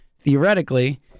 theoretically